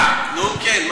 נו, כן.